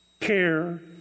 care